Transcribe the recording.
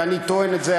ואני טוען את זה,